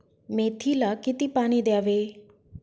मेथीला किती पाणी द्यावे?